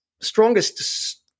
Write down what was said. strongest